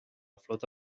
flota